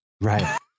Right